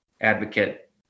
advocate